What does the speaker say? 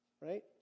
right